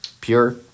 pure